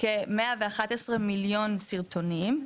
כ-111 מיליון סרטונים,